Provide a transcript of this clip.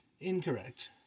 Incorrect